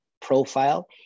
profile